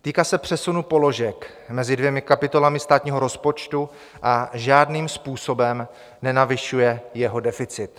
Týká se přesunu položek mezi dvěma kapitolami státního rozpočtu a žádným způsobem nenavyšuje jeho deficit.